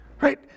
Right